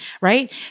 right